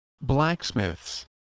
blacksmiths